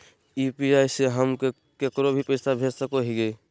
UPI से हम केकरो भी पैसा भेज सको हियै?